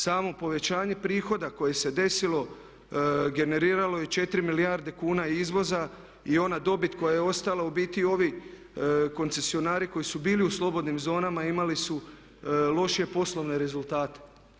Samo povećanje prihoda koje se desilo generiralo 4 milijarde kuna izvoza i ona dobit koja je ostala u biti i ovi koncesionari koji su bili u slobodnim zonama imali su lošije poslovne rezultate.